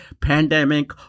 Pandemic